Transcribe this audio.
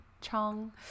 Chong